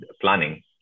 planning